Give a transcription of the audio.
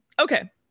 okay